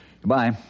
Goodbye